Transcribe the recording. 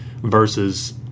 versus